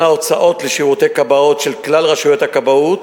ההוצאות לשירותי כבאות של כלל רשויות הכבאות,